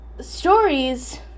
stories